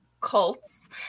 cults